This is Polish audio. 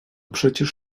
przecież